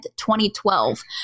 2012